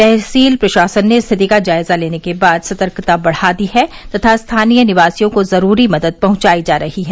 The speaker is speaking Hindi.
तहसील प्रशासन स्थिति का जायजा लेने के बाद सतर्कता बढ़ा दी है तथा स्थानीय निवासियों को जुरूरी मदद पहुंचा रहा है